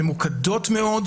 ממוקדות מאוד,